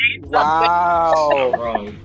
Wow